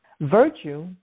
virtue